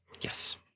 Yes